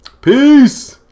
Peace